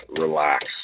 relax